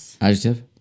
adjective